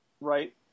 right